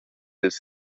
ils